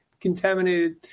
contaminated